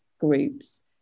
groups